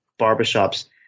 barbershops